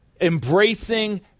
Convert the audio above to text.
embracing